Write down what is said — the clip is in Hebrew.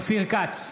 אופיר כץ,